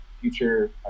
future